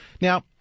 Now